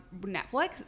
Netflix